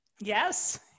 Yes